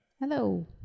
Hello